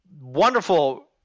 wonderful